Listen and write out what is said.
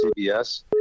CBS